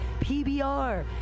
PBR